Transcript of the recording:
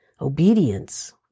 obedience